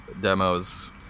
demos